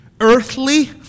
earthly